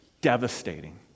devastating